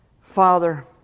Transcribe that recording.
Father